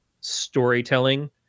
storytelling